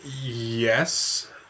yes